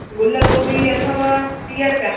गुल गोभी अथव टीह रुपया